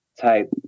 type